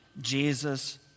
Jesus